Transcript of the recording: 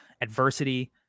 adversity